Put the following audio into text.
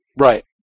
Right